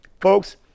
Folks